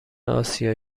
اسیا